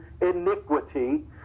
iniquity